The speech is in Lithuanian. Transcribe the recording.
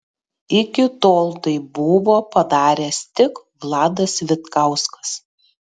iki tol tai buvo padaręs tik vladas vitkauskas